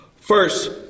First